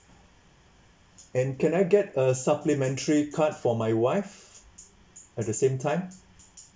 and can I get a supplementary card for my wife at the same time